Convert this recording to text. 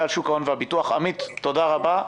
עמית מרזאי, תודה רבה.